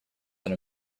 than